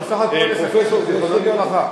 פרופסור, זיכרונו לברכה.